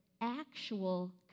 actual